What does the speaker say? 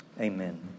amen